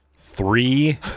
Three